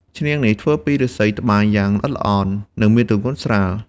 ឈ្នាង នេះធ្វើពីឫស្សីត្បាញយ៉ាងល្អិតល្អន់ និងមានទម្ងន់ស្រាល។